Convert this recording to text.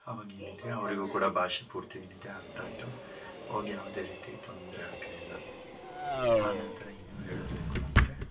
ಅವಾಗ ಏನಿದೆ ಅವರಿಗೂ ಕೂಡ ಭಾಷೆ ಪೂರ್ತಿ ಏನಿದೆ ಅರ್ಥ ಆಯಿತು ಆವಾಗ ಯಾವುದೇ ರೀತಿ ತೊಂದರೆ ಆಗಲಿಲ್ಲ ಆನಂತರ ಇನ್ನೂ ಹೇಳಬೇಕು ಅಂದರೆ